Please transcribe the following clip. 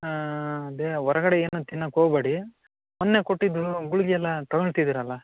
ಅದೇ ಹೊರಗಡೆ ಏನೂ ತಿನ್ನಕ್ಕೆ ಹೋಬಡಿ ಮೊನ್ನೆ ಕೊಟ್ಟಿದ್ದು ಗುಳ್ಗೆಯೆಲ್ಲ ತೊಗೊಳ್ತಿದ್ದೀರಲ್ಲ